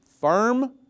firm